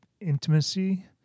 intimacy